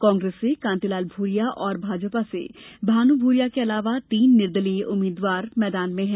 कांग्रेस से कांतिलाल भूरिया और भाजपा से भानु भूरिया के अलावा तीन निर्दलीय उम्मीदवार मैदान में हैं